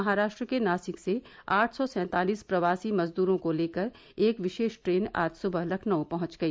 महाराष्ट्र के नासिक से आठ सौ सैंतालीस प्रवासी मजदूरों को लेकर एक विशेष ट्रेन आज सुबह लखनऊ पहुँच गई